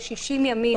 יש 60 ימים לשלם אותם.